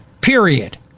period